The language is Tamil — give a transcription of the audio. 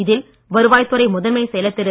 இதில் வருவாய்த் துறை முதன்மைச் செயலாளர் திரு